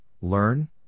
learn